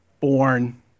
born